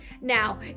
Now